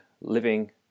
living